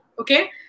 Okay